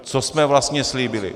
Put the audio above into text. Co jsme vlastně slíbili?